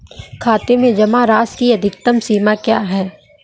खाते में जमा राशि की अधिकतम सीमा क्या है?